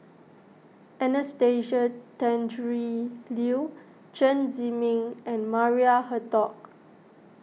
Anastasia Tjendri Liew Chen Zhiming and Maria Hertogh